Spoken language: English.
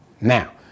Now